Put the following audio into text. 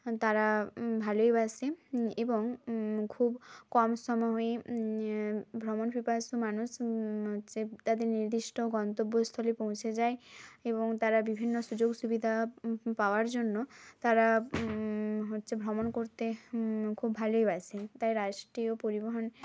তারা ভালোইবাসে এবং খুব কম সময়ে ভ্রমণপিপাসু মানুষ হচ্ছে তাদের নির্দিষ্ট গন্তব্যস্থলে পৌঁছে যায় এবং তারা বিভিন্ন সুযোগ সুবিধা পাওয়ার জন্য তারা হচ্ছে ভ্রমণ করতে খুব ভালোইবাসে তাই রাষ্টীয় পরিবহন